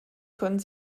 können